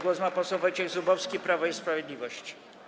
Głos ma poseł Wojciech Zubowski, Prawo i Sprawiedliwość.